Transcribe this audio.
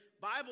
Bible